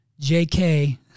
JK